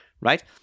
right